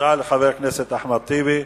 תודה לחבר הכנסת אחמד טיבי.